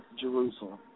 Jerusalem